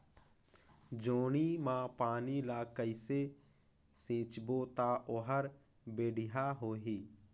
जोणी मा पानी ला कइसे सिंचबो ता ओहार बेडिया होही?